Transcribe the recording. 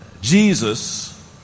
Jesus